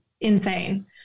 insane